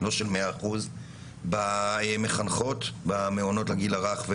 לא של 100% במחנכות במעונות לגיל הרך.